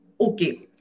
okay